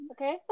Okay